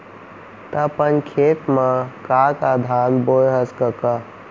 त अपन खेत म का का धान बोंए हस कका?